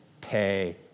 pay